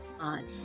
on